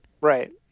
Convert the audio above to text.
Right